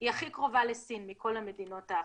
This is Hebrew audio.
היא הכי קרובה לסין מכל המדינות האחרות.